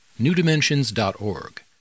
newdimensions.org